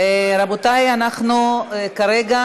רבותי, אנחנו כרגע